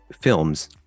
films